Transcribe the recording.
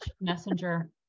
messenger